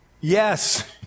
yes